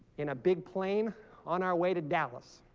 in a big plane on our way to dallas